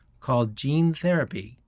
called gene therapy,